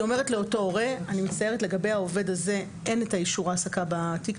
היא אומרת לאותו הורה שלגבי העובד הזה אין לה את אישור ההעסקה בתיק,